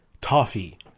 toffee